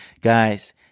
Guys